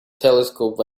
telescope